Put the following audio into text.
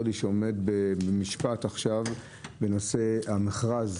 לי שעומד למשפט עכשיו בנושא המכרז.